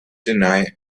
deny